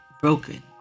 Broken